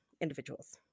individuals